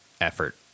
effort